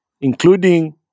including